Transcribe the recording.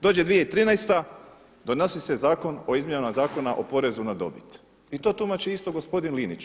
Dođe 2013. donosi se Zakon o izmjenama Zakona o porezu na dobit i to tumači isto gospodin Linić.